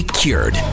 cured